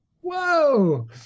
Whoa